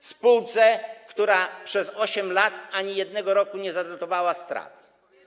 O spółce, która przez 8 lat ani jednego roku nie zanotowała strat.